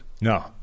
No